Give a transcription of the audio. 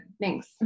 Thanks